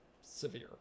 severe